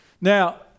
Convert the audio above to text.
Now